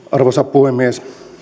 arvoisa puhemies